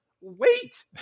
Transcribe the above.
wait